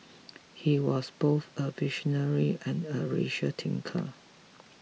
he was both a visionary and a radical thinker